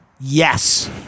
Yes